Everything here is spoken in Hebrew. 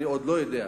אני עוד לא יודע.